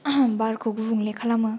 बारखौ गुबुंले खालामो